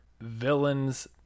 villains